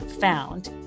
found